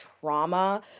trauma